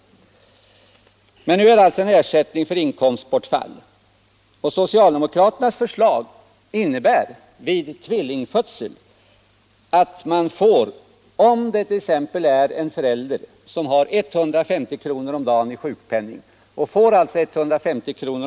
Men nu gäller det alltså ersättning för inkomstbortfall, och socialdemokraternas förslag innebär vid tvillingfödsel att en förälder med t.ex. 150 kr.